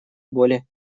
более